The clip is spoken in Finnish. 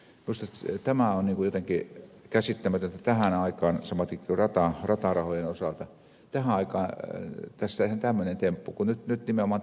minusta tämä on jotenkin käsittämätöntä että tähän aikaan samaten kuin ratarahojen osalta tässä tehdään tämmöinen temppu kun nyt nimenomaan tarvittaisiin lisää